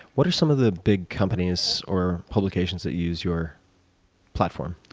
what are some of the big companies or publications that use your platform?